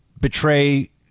betray